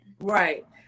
Right